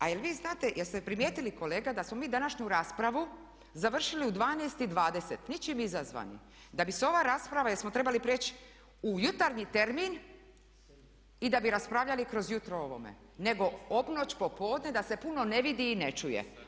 A jel' vi znate, jeste primijetili kolega da smo mi današnju raspravu završili u 12,20 ničim izazvani da bi se ova rasprava jer smo trebali prijeći u jutarnji termin i da bi raspravljali kroz jutro o ovome nego obnoć, popodne da se puno ne vidi i ne čuje.